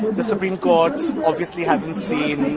the supreme court obviously hasn't seen